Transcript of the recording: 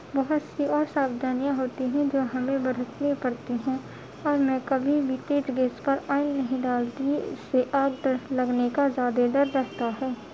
بہت سی اور ساودھانیاں ہوتی ہیں جو ہمیں برتنی پڑتی ہیں اور میں کبھی بھی تیز گیس پر آئل نہیں ڈالتی اس سے آگ لگنے کا زیادہ ڈر رہتا ہے